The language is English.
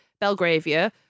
Belgravia